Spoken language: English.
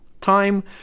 time